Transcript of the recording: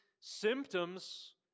symptoms